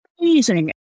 amazing